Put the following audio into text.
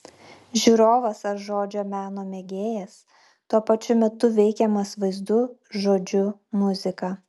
žiūrovas ar žodžio meno mėgėjas tuo pačiu metu veikiamas vaizdu žodžiu muzika